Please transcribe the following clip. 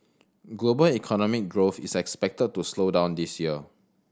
global economic growth is expected to slow down this year